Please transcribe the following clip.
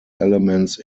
elements